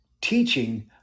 teaching